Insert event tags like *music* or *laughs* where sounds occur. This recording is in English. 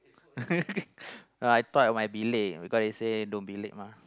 *laughs* I thought I might be late because they say don't be late mah